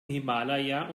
himalaya